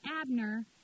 Abner